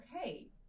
Okay